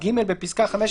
" בפסקה (5),